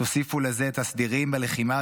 תוסיפו לזה את הסדירים בלחימה,